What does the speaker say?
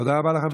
תודה רבה לך.